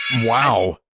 wow